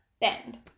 Bend